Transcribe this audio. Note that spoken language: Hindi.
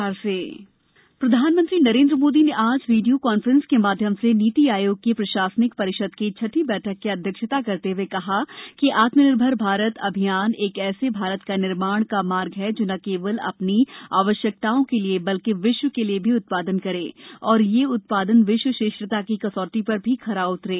नीति आयोग बैठक प्रधानमंत्री नरेंद्र मोदी ने आज वीडियो कॉन्फ्रेंस के माध्यम से नीति आयोग की प्रशासनिक परिषद की छठी बैठक की अध्यक्षता करते हुए कहा कि आत्मनिर्भर भारत अभियान एक ऐसे भारत का निर्माण का मार्ग है जो न केवल अपनी आवश्यकताओं के लिए बल्कि विश्व के लिए भी उत्पादन करे और ये ये उत्पादन विश्व श्रेष्ठता की कसौटी पर भी खरा उतरे